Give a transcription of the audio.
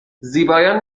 زیبایان